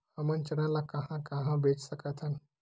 हमन चना ल कहां कहा बेच सकथन?